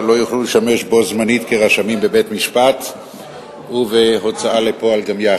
לא יוכלו לשמש בו-זמנית כרשמים בבית-משפט ובהוצאה לפועל גם יחד.